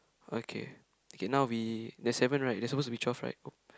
okay okay now we there's seven right there's suppose to be twelve right